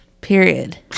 Period